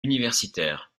universitaires